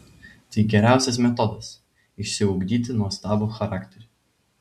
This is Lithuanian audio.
tai geriausias metodas išsiugdyti nuostabų charakterį